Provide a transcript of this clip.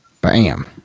Bam